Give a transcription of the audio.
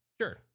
Sure